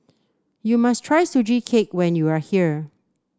you must try Sugee Cake when you are here